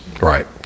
Right